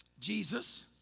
Jesus